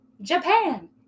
Japan